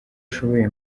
ashoboye